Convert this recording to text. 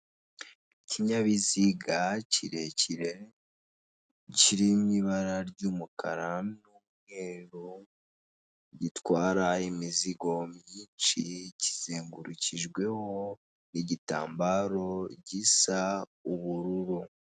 Ikinyabiziga kirekire kiri mu ibara ry'umukara n'umweru gitwara imizigo myinshi kizengurukijweho igitambaro gisa ubururu.